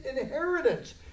inheritance